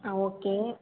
ஆ okay